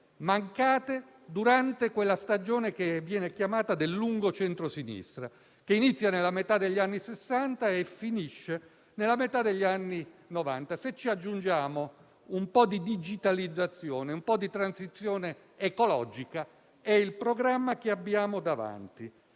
mancate durante la stagione che viene chiamata del lungo centro-sinistra, che inizia nella metà degli anni Sessanta e finisce nella metà degli anni Novanta. Se ci aggiungiamo un po' di digitalizzazione e un po' di transizione ecologica, è il programma che abbiamo davanti.